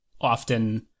often